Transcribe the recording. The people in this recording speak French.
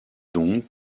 donc